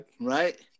Right